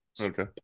Okay